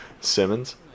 Simmons